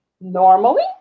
normally